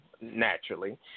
naturally